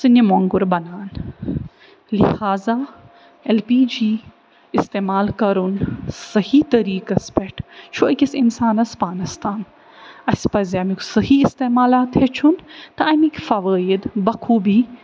ژٕنہِ مۄنٛگُر بنان لہذا ایل پی جی اِستعمال کَرُن صحیح طریٖقَس پٮ۪ٹھ چھُ أکِس اِنسانَس پانَس تام اَسہِ پَزِ امیُک صحیح اِستعمالات ہٮ۪چھُن تہٕ أمیکۍ فوٲیِد بَخوٗبی